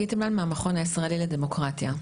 מהמכון הישראלי לדמוקרטיה.